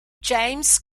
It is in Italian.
james